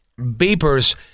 Beepers